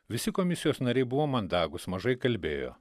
visi komisijos nariai buvo mandagūs mažai kalbėjo